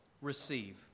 Receive